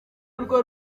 rwo